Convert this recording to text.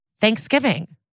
Thanksgiving